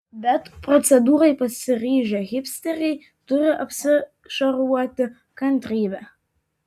bet procedūrai pasiryžę hipsteriai turi apsišarvuoti kantrybe